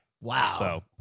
Wow